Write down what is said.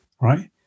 Right